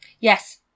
Yes